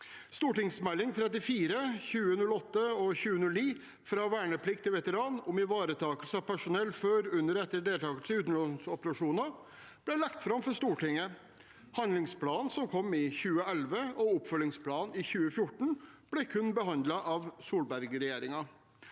St.meld.nr. 34 for 2008–2009, Fra vernepliktig til veteran – Om ivaretakelse av personell før, under og etter deltakelse i utenlandsoperasjoner, ble lagt fram for Stortinget. Handlingsplanen som kom i 2011, og oppfølgingsplanen i 2014, ble kun behandlet av Solberg-regjeringen.